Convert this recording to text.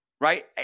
right